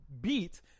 beat